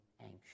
anxious